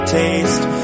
taste